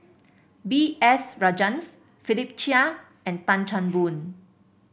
B S Rajhans Philip Chia and Tan Chan Boon